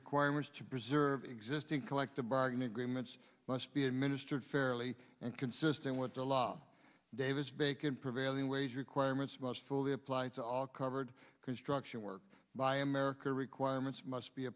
requirements to preserve existing collective bargaining agreements must be administered fairly and consistent with the law davis bacon prevailing wage requirements must fully apply to all covered construction work by america requirements must be